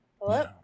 Hello